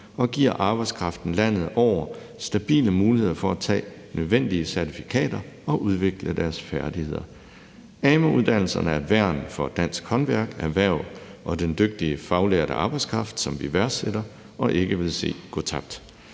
og giver arbejdskraften landet over stabile muligheder for at tage nødvendige certifikater og udvikle deres færdigheder. Amu-uddannelserne er et værn for dansk håndværk, erhverv og den dygtige faglærte arbejdskraft, som vi værdsætter og ikke vil se gå tabt.